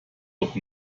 doch